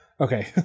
Okay